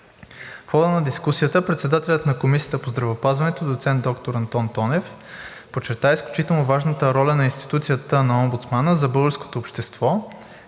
В хода на дискусията председателят на Комисията по здравеопазването доцент доктор Антон Тонев подчерта изключително важната роля на институцията на омбудсмана за българското общество,